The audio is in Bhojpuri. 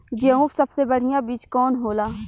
गेहूँक सबसे बढ़िया बिज कवन होला?